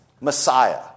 Messiah